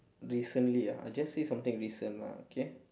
recently ah I just say something lah okay